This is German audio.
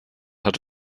hatte